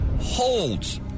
holds